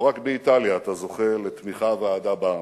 לא רק באיטליה אתה זוכה לתמיכה ואהדה בעם,